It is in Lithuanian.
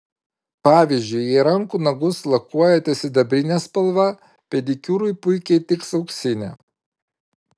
pavyzdžiui jei rankų nagus lakuojate sidabrine spalva pedikiūrui puikiai tiks auksinė